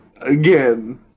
again